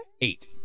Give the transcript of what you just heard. eight